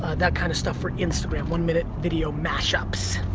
that kind of stuff for instagram. one minute video mash-ups.